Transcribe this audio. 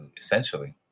essentially